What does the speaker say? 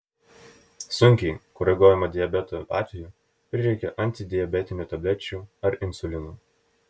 sunkiai koreguojamo diabeto atveju prireikia antidiabetinių tablečių ar insulino